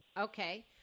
Okay